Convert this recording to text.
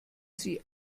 sie